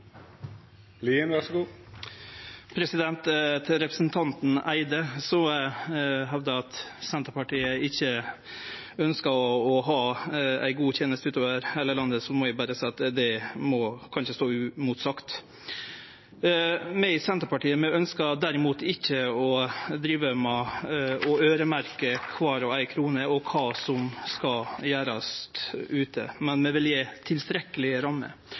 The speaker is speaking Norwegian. Til representanten Eide som hevda at Senterpartiet ikkje ønskjer å ha ei god teneste utover heile landet, må eg berre seie at det ikkje kan stå uimotsagt. Vi i Senterpartiet ønskjer derimot ikkje å øyremerkje kvar ei krone og kva som skal gjerast ute, men vi vil gje